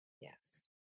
Yes